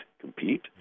compete